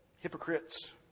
Hypocrites